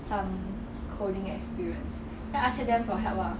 some coding experience then I asked them for help ah